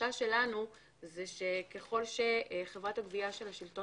החשש שלנו הוא שככל שחברת הגבייה של השלטון